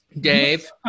Dave